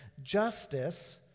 justice